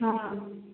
ହଁ